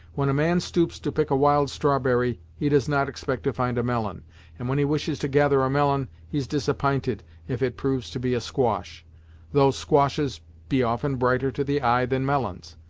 when a man stoops to pick a wild strawberry, he does not expect to find a melon and when he wishes to gather a melon, he's disapp'inted if it proves to be a squash though squashes be often brighter to the eye than melons.